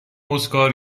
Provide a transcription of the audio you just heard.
اسکار